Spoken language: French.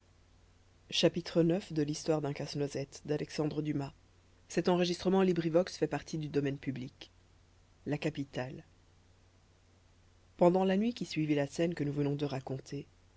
vous coucher pendant la nuit qui suivit la scène que nous venons de raconter